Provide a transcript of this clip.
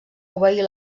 obeir